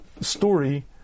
story